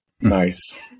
nice